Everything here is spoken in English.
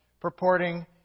purporting